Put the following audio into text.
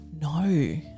No